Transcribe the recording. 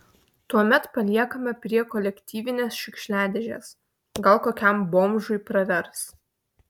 tuomet paliekame prie kolektyvinės šiukšliadėžės gal kokiam bomžui pravers